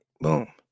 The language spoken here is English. Boom